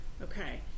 Okay